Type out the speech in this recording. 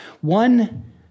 One